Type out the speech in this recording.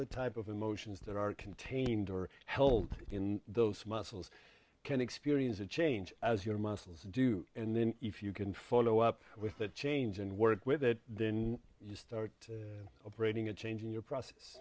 the type of emotions that are contained or held in those muscles can experience a change as your muscles do and then if you can follow up with that change and work with that then you start operating a change in your process